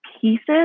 pieces